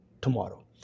tomorrow